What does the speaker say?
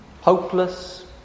hopeless